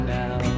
now